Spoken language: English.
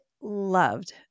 loved